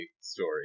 story